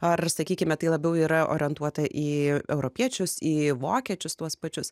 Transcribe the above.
ar sakykime tai labiau yra orientuota į europiečius į vokiečius tuos pačius